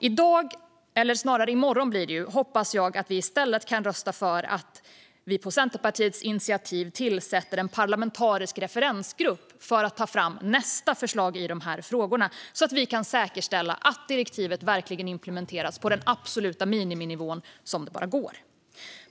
I morgon hoppas jag att vi i stället kan rösta för att på Centerpartiets initiativ tillsätta en parlamentarisk referensgrupp som kan ta fram nästa förslag i de här frågorna, så att vi kan säkerställa att direktivet verkligen implementeras på en absolut miniminivå.